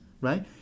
right